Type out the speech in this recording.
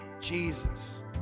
Jesus